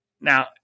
Now